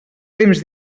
temps